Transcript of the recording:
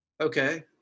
Okay